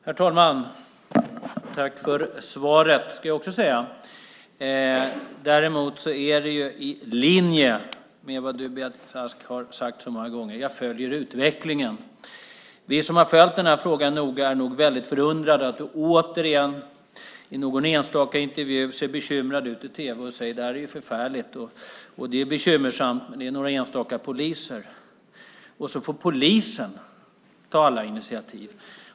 Herr talman! Även jag tackar för svaret. Däremot är det i linje med vad du, Beatrice Ask, har sagt så många gånger, nämligen: Jag följer utvecklingen. Vi som har följt denna fråga noga är nog väldigt förundrade över att du återigen i någon enstaka intervju ser bekymrad ut i tv och säger att detta är förfärligt och bekymmersamt men att det handlar om några enstaka poliser. Sedan får polisen ta alla initiativ.